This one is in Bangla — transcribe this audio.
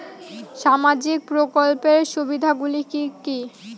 সামাজিক প্রকল্পের সুবিধাগুলি কি কি?